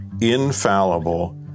infallible